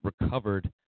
recovered